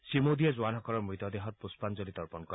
শ্ৰীমোদীয়ে জোৱানসকলৰ মৃতদেহত পুষ্পাঞ্জলি অৰ্পণ কৰে